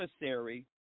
necessary